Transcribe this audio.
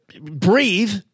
breathe